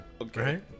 okay